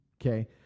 okay